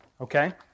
okay